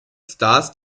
stars